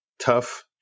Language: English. tough